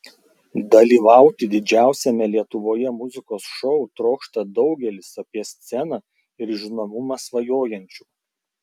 dalyvauti didžiausiame lietuvoje muzikos šou trokšta daugelis apie sceną ir žinomumą svajojančių